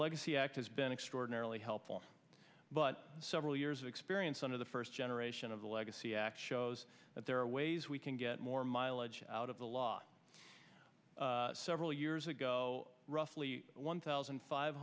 legacy act has been extraordinarily helpful but several years of experience one of the first generation of the legacy actually was that there are ways we can get more mileage out of the law several years ago roughly one thousand five